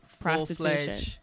Prostitution